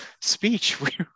speech